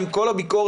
עם כל הביקורת,